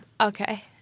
okay